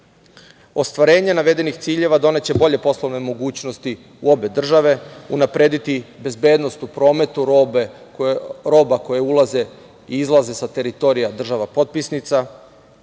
Ostvarenje navedenih ciljeva doneće bolje poslovne mogućnosti u obe države, unaprediti bezbednost u prometu roba koje ulaze i izlaze sa teritorija država potpisnica,